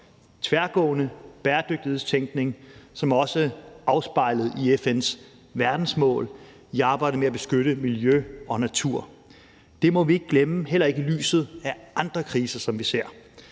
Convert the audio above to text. tværgående bæredygtighedstænkning som også afspejlet i FN's verdensmål i arbejdet med at beskytte miljø og natur. Det må vi ikke glemme, heller ikke i lyset af andre kriser, som vi ser.